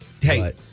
Hey